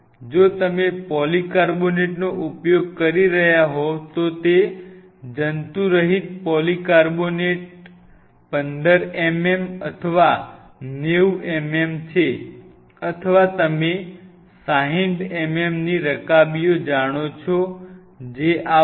જો તમે પોલીકાર્બોનેટનો ઉપયોગ કરી રહ્યા હોવ તો તે જંતુરહિત પોલીકાર્બોનેટ 15 mm અથવા 90 mm છે અથવા તમે 60 mm ની રકાબીઓ જાણો છો જે આવશે